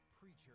preacher